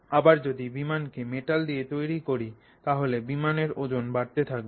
আবার যদি বিমান কে মেটাল দিয়ে তৈরি করি তাহলে বিমানের ওজন বাড়তে থাকবে